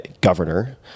governor